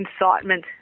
incitement